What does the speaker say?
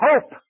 hope